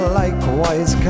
likewise